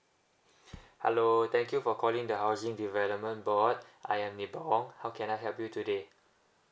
hello thank you for calling the housing development board I am nibong how can I help you today